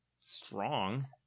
strong